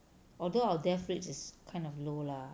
although our death rates is kind of low lah